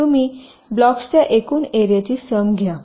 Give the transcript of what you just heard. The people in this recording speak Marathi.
तर तुम्ही ब्लॉक्सच्या एकूण एरियाची सम घ्या